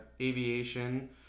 Aviation